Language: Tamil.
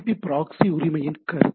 பி ப்ராக்ஸி உரிமையின் கருத்து